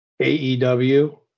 AEW